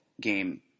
game